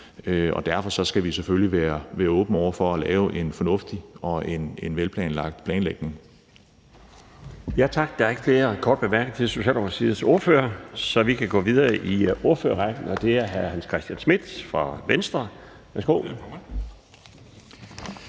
og derfor skal vi selvfølgelig være åbne over for at lave en fornuftig og en veltilrettelagt planlægning.